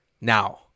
now